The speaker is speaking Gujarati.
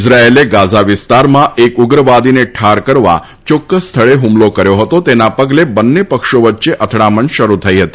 ઇઝરાયેલે ગાઝા વિસ્તારમાં એક ઉગ્રવાદીને ઠાર કરવા ચોક્કસ સ્થળે હૂમલો કર્યો હતો તેના પગલે બંને પક્ષો વચ્ચે અથડામણ શરૂ થઇ હતી